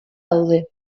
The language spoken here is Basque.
daude